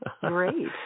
Great